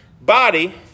body